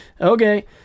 okay